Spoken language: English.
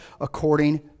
according